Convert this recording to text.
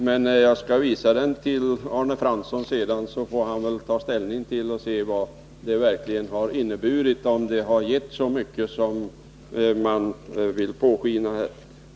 Men jag skall senare visa det för Arne Fransson, så får han ta ställning till om arbetet verkligen har gett så mycket som man här vill låta påskina.